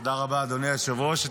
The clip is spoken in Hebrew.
תודה רבה, אדוני היושב-ראש.